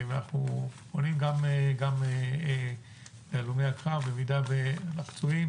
אנחנו פונים גם להלומי הקרב ולפצועים,